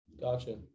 gotcha